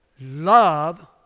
Love